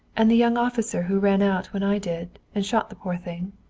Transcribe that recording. and the young officer who ran out when i did, and shot the poor thing?